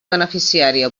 beneficiària